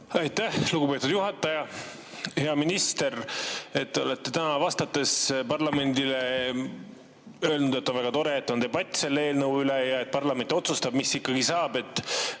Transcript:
Aitäh, lugupeetud juhataja! Hea minister! Te olete täna parlamendile vastates öelnud, et on väga tore, et on debatt selle eelnõu üle ja et parlament otsustab, mis ikkagi saab. Me